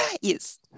yes